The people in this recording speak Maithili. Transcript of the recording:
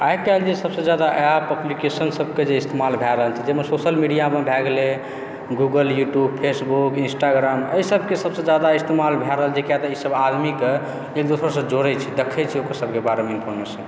आइ काल्हि जे सभसँ ज्यादा ऐप एप्लीकेशनसभके जे इस्तेमाल भए रहल छै जाहिमे सोशल मीडियामे भए गेलै गूगल यूट्यूब फेसबुक इंस्टाग्राम एहिसभके सभसँ ज्यादा इस्तेमाल भए रहल छै किया तऽ ईसभ आदमीकेँ एक दोसरासँ जोड़ैत छै देखैत छै ओकरसभके बारेमे इन्फॉरमेशन